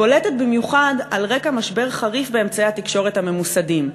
בולטת במיוחד על רקע משבר חריף באמצעי התקשורת הממוסדים,